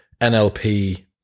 NLP